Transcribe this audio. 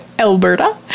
Alberta